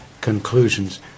conclusions